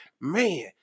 man